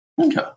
Okay